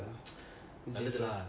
ya